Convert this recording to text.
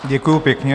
Děkuji pěkně.